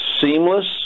seamless